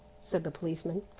said the policeman.